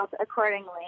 accordingly